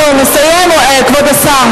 חברי, לא, לא, הוא מסיים, כבוד השר.